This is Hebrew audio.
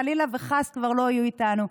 חלילה, כבר לא יהיו איתנו.